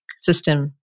system